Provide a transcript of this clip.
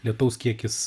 lietaus kiekis